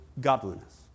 godliness